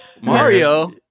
Mario